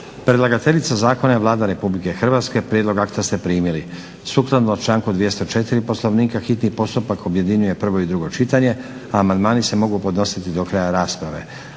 Predlagateljica zakona je Vlada Republike Hrvatske. Prijedlog akta ste primili. Sukladno članku 204. Poslovnika hitni postupak objedinjuje prvo i drugo čitanje a amandmani se mogu podnositi do kraja rasprave.